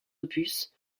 opus